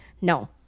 no